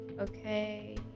okay